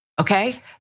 Okay